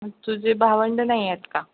मग तुझे भावंडं नाही आहेत का